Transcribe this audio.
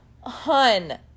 hun